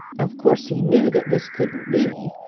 of course he knew that this couldn't be,